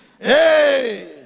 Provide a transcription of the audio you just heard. Hey